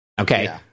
Okay